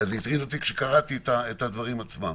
אלא זה הטריד אותי כשקראתי את הדברים עצמם.